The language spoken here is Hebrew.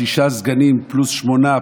עוד שישה סגנים פלוס שמונה,